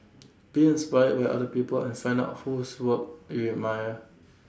be inspired by other people and find out whose work you admire